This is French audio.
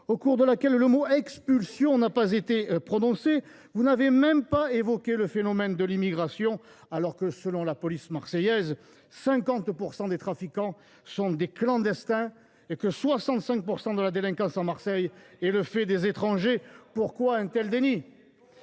au cours de laquelle le mot « expulsion » n’a pas été prononcé ? Vous n’avez même pas évoqué le phénomène de l’immigration, alors que, selon la police marseillaise, 50 % des trafiquants sont des clandestins et 65 % de la délinquance est le fait d’étrangers. C’est faux ! Pourquoi un tel déni ?